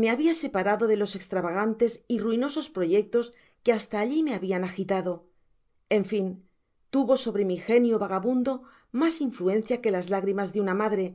me habia separado de los estravagantes y ruinosos proyectos que hasta alli me habian agitado en fin tuvo sobre mi genio vagabundo mas influencia que las lágrimas de una madre